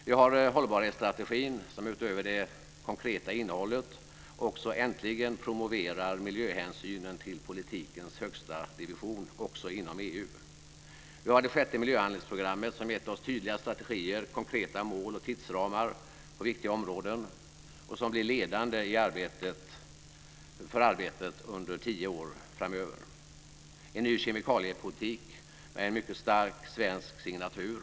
Vi har hållbarhetsstrategin som utöver det konkreta innehållet också äntligen promoverar miljöhänsynen till politikens högsta division också inom EU. Vi har det sjätte miljöhandlingsprogrammet som gett oss tydliga strategier, konkreta mål och tidsramar på viktiga områden och som blir ledande för arbetet under tio år framöver. Vi har en ny kemikaliepolitik med en mycket stark svensk signatur.